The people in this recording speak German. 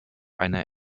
einer